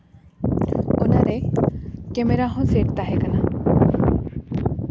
ᱚᱱᱟᱨᱮ ᱠᱮᱢᱮᱨᱟ ᱦᱚᱸ ᱥᱮᱹᱴ ᱛᱟᱦᱮᱸ ᱠᱟᱱᱟ